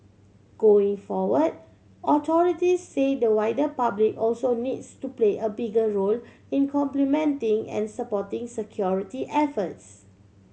going forward authority say the wider public also needs to play a bigger role in complementing and supporting security efforts